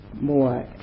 more